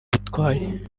byantwaye